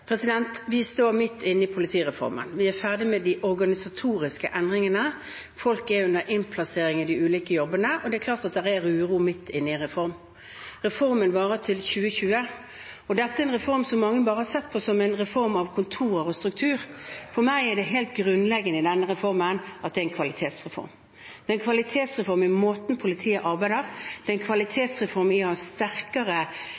vårt? Vi står midt inne i politireformen. Vi er ferdig med de organisatoriske endringene. Folk er under innplassering i de ulike jobbene. Det er klart at det er uro midt inne i en reform. Reformen varer til 2020. Dette er en reform som mange bare har sett på som en reform av punkt 2 i en struktur. For meg er det helt grunnleggende i denne reformen at det er en kvalitetsreform. Det er en kvalitetsreform av måten politiet arbeider på. Det er en